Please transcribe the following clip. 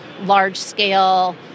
large-scale